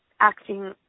Acting